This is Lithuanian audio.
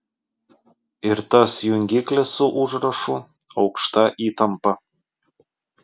ir tas jungiklis su užrašu aukšta įtampa